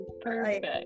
Perfect